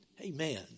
Amen